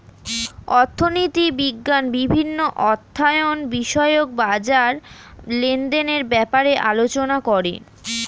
অর্থনীতি বিজ্ঞান বিভিন্ন অর্থায়ন বিষয়ক বাজার লেনদেনের ব্যাপারে আলোচনা করে